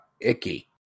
icky